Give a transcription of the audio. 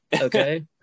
okay